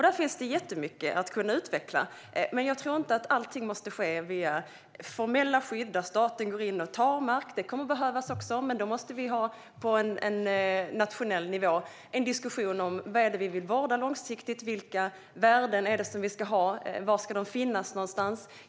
Där finns det jättemycket att utveckla, men jag tror inte att allt måste ske via formella skydd där staten går in och tar mark. Detta kommer också att behövas, men då måste vi ha en diskussion på nationell nivå om vad det är som vi vill vårda långsiktigt, vilka värden vi ska ha och var dessa ska finnas.